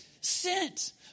sent